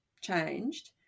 changed